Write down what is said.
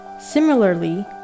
Similarly